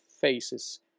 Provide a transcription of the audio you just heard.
faces